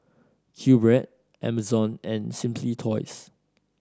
Q Bread Amazon and Simply Toys